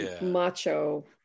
macho